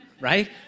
right